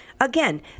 again